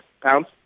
pounds